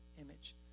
image